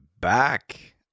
back